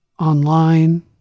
online